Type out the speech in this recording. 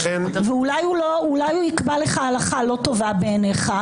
אולי הוא יקבע לך הלכה לא טובה בעיניך?